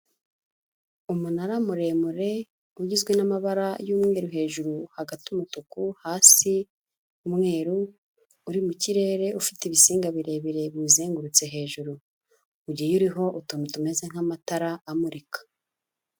Umunara muremure ,ugizwe n'amabara y'umweru hejuru ,hagati umutuku, hasi umweru ,uri mu kirere ,ufite ibisinga birebire bizengurutse hejuru ,ugiye uriho utuntu tumeze nk'amatara amurika.